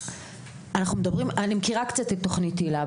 אני מכירה קצת את תוכנית היל"ה,